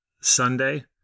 Sunday